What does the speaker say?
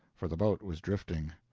for the boat was drifting.